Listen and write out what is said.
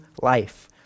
life